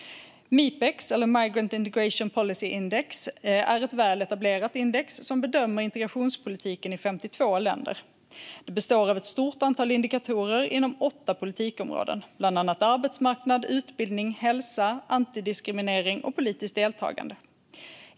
Mipex, migrant integration policy index, är ett väl etablerat index som bedömer integrationspolitiken i 52 länder. Det består av ett stort antal indikatorer inom åtta politikområden, bland annat arbetsmarknad, utbildning, hälsa, icke-diskriminering och politiskt deltagande.